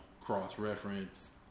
cross-reference